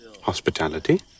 hospitality